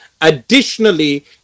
additionally